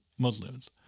muslims